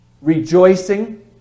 Rejoicing